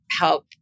help